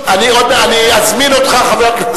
אדוני היושב-ראש,